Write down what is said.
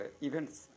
events